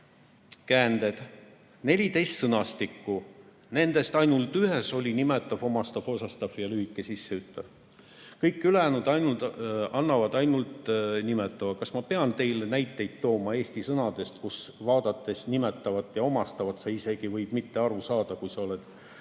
käänded. 14 sõnastikust ainult ühes olid nimetav, omastav, osastav ja lühike sisseütlev. Kõik ülejäänud annavad ainult nimetava. Kas ma pean teile näiteid tooma eesti sõnadest, kus nimetavat ja omastavat vaadates sa isegi võid mitte aru saada, kui sa oled